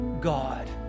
God